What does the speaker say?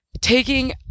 taking